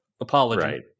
Apology